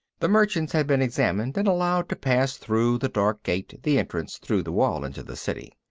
the merchants had been examined and allowed to pass through the dark gate, the entrance through the wall into the city.